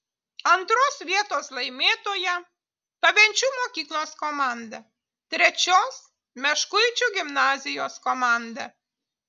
antros vietos laimėtoja pavenčių mokyklos komanda trečios meškuičių gimnazijos komanda